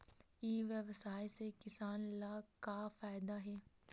ई व्यवसाय से किसान ला का फ़ायदा हे?